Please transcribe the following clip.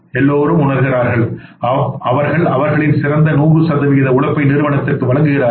எல்லோரும் உணர்கிறார்கள் அவர்கள் அவர்களின் சிறந்த நூறு சதவிகித உழைப்பை நிறுவனத்திற்கு வழங்குகிறார்கள்